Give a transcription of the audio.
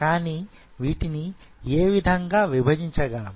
కానీ వీటిని ఏ విధంగా విభజించగలము